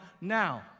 now